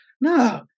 no